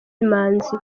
manzi